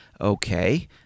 okay